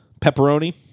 pepperoni